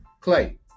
Clay